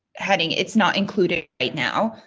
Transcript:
heading it's not included right now.